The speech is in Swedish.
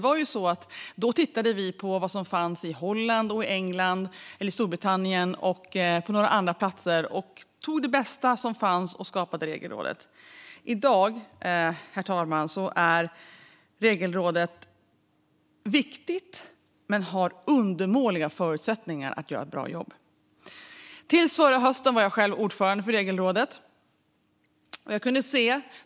Vi tittade på vad som fanns i Holland, Storbritannien och några andra platser och tog det bästa som fanns och skapade Regelrådet. I dag, herr talman, är Regelrådet viktigt men har undermåliga förutsättningar att göra ett bra jobb. Fram till förra hösten var jag själv ordförande för Regelrådet.